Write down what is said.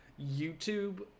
YouTube